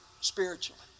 spiritually